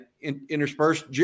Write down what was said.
interspersed